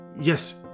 Yes